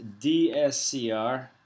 DSCR